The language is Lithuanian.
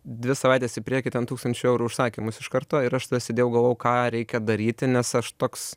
dvi savaites į priekį ten tūkstančio eurų užsakymus iš karto ir aš tada sėdėjau galvojau ką reikia daryti nes aš toks